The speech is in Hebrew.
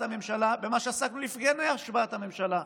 הממשלה במה שעסקנו לפני השבעת הממשלה.